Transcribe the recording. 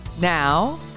now